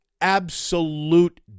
absolute